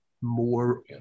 more